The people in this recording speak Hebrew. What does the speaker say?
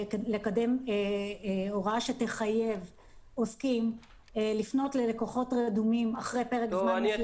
לקדם הוראה שתחייב עוסקים לפנות ללקוחות רדומים אחרי פרק זמן.